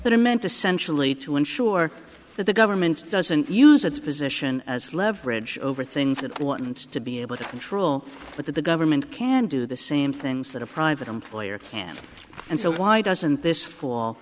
that are meant to sensually to ensure that the government doesn't use its position as leverage over things that wants to be able to control what the government can do the same things that a private employer can and so why doesn't this fall